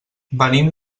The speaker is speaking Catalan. venim